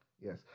Yes